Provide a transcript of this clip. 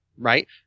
right